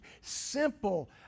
simple